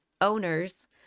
owners